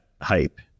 hype